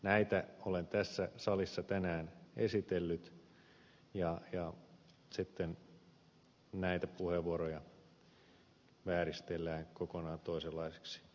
näitä olen tässä salissa tänään esitellyt ja sitten näitä puheenvuoroja vääristellään kokonaan toisenlaisiksi